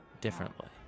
differently